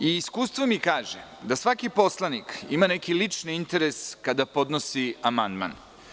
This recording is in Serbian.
Iskustvo mi kaže da svaki poslanik ima neki lični interes kada podnosi amandman.